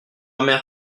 mère